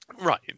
Right